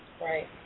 Right